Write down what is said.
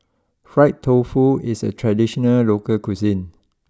Fried Tofu is a traditional local cuisine